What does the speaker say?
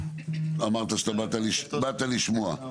אמרת שבאת לשמוע,